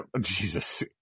Jesus